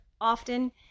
often